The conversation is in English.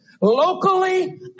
Locally